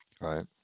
right